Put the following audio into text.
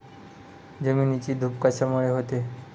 जमिनीची धूप कशामुळे होते?